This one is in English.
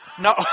No